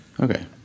Okay